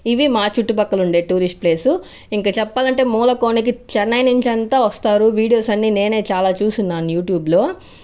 ఇవి మా చుట్టుపక్కల ఉండే టూరిస్ట్ ప్లేస్ ఇంకా చెప్పాలంటే మూలకోనకి చెన్నై నుంచి అంతా వస్తారు వీడియోస్ అన్ని నేనే చాలా చూసున్నాను యూట్యూబ్ లో